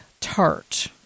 tart